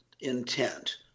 intent